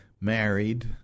married